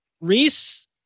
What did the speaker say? Reese